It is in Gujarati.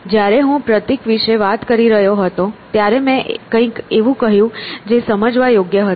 જ્યારે હું પ્રતિક વિશે વાત કરી રહ્યો હતો ત્યારે મેં કંઈક એવું કહ્યું જે સમજવા યોગ્ય હતું